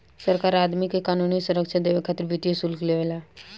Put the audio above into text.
सरकार आदमी के क़ानूनी संरक्षण देबे खातिर वित्तीय शुल्क लेवे ला